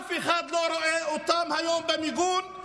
אף אחד לא רואה אותן היום במיגון,